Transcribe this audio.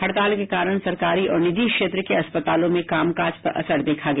हड़ताल के कारण सरकारी और निजी क्षेत्र के अस्पतालों में कामकाज पर असर देखा गया